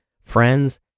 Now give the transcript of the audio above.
friends